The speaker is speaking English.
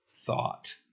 thought